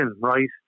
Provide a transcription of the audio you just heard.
right